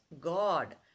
God